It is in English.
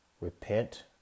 Repent